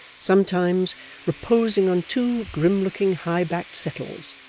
sometimes reposing on two grim-looking high-backed settles,